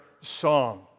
song